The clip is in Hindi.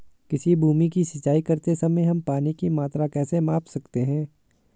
किसी भूमि की सिंचाई करते समय हम पानी की मात्रा कैसे माप सकते हैं?